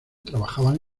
trabajaban